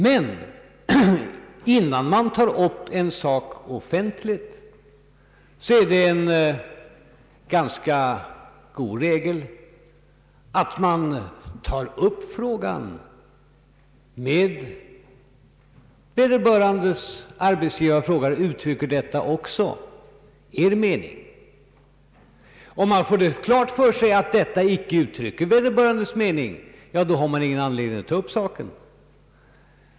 Men innan man tar upp en sak offentligt är det en ganska god regel att ta upp ärendet med vederbörandes arbetsgivare och fråga: Uttrycker detta också er mening? Får man då klart för sig att så inte är fallet, finns det ingen anledning att ta upp saken.